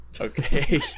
okay